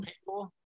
people